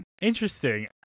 Interesting